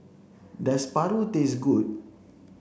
does Paru taste good